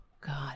God